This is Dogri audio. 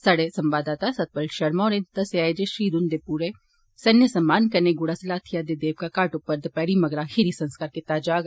साढ़े संवाददाता सत्तपाल शर्मा होरें दस्सेआ ऐ जे शहीद हुंदा पूरे सैन्यसम्मान कन्नै गुड़ा सलाथिया दे देवकां घाट उप्पर दपैहरी मगरा खीरी संस्कार कीता जाग